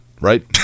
right